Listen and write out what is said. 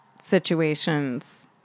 situations